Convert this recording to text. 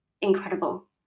incredible